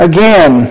Again